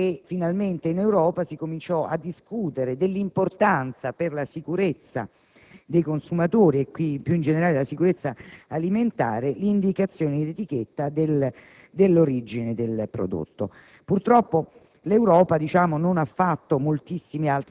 (BSE). Fu in quell'occasione che finalmente in Europa si iniziò a discutere dell'importanza, per la sicurezza dei consumatori e in più generale per la sicurezza alimentare, delle indicazioni in etichetta dell'origine del prodotto.